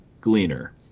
Gleaner